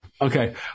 Okay